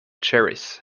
cherries